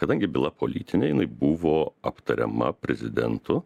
kadangi byla politinė jinai buvo aptariama prezidentu